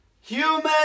Human